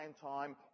time